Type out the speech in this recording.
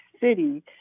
city